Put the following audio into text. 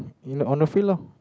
you know on the field lor